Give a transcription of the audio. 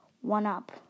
one-up